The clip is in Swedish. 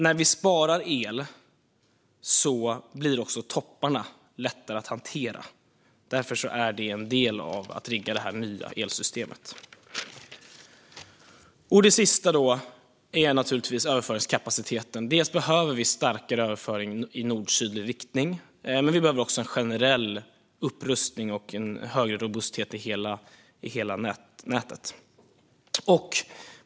När vi sparar el blir också topparna lättare att hantera. Därför är det en del av att rigga detta nya elsystem. Det tredje och sista området är naturligtvis överföringskapaciteten. Vi behöver en starkare överföring i nord-sydlig riktning. Men vi behöver också en generell upprustning och en större robusthet i hela nätet.